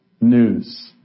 news